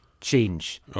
change